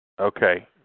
Okay